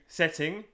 setting